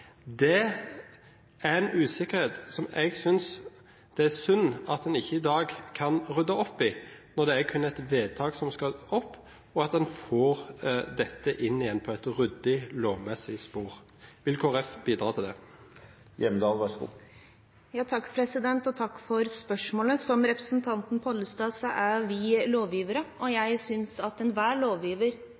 Det er en usikkerhet som jeg synes det er synd at en ikke i dag kan rydde opp i, når det er kun et vedtak som skal til, og at en får dette inn igjen på et ryddig, lovmessig spor. Vil Kristelig Folkeparti bidra til det? Takk for spørsmålet. Som representanten Pollestad er vi lovgivere. Jeg synes at enhver lovgiver